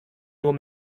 nur